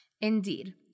Indeed